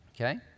okay